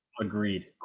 Agreed